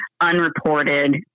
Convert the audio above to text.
unreported